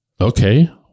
Okay